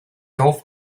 golf